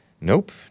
Nope